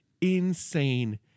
insane